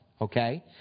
okay